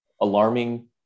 alarming